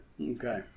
Okay